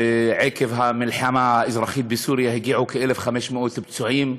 עקב מלחמת האזרחים בסוריה הגיעו כ-1,500 פצועים,